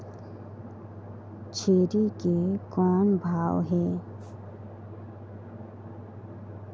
छेरी के कौन भाव हे?